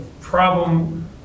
problem